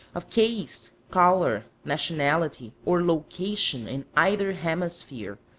of caste, color, nationality, or location in either hemisphere,